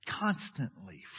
constantly